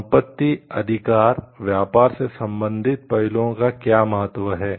संपत्ति अधिकार व्यापार से संबंधित पहलुओं का क्या महत्व है